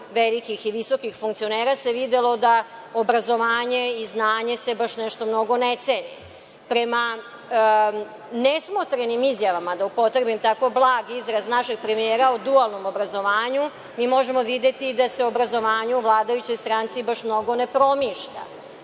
velikih i visokih funkcionera se videlo, da se obrazovanje i znanje baš nešto ne ceni. Prema nesmotrenim izjavama, da upotrebim tako blagi izraz, našeg premijera o dualnom obrazovanju, mi možemo videti da se obrazovanje u vladajućoj stranci baš mnogo ne promišlja,